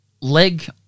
leg